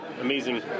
amazing